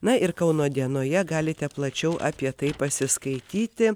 na ir kauno dienoje galite plačiau apie tai pasiskaityti